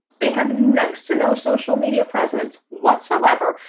they have next to no social media presence what so ever.